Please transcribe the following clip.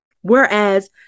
Whereas